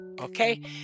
Okay